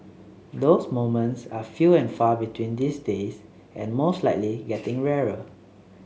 those moments are few and far between these days and most likely getting rarer